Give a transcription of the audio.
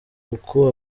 uku